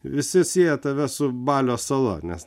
visi sieja tave su balio sala nes